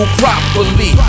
properly